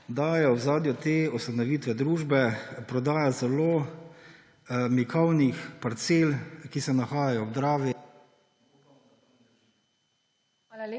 da je v ozadju te ustanovitve družbe prodaja zelo mikavnih parcel, ki se nahajajo ob Dravi